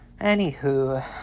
anywho